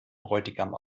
bräutigam